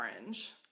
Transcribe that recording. orange